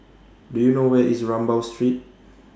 Do YOU know Where IS Rambau Street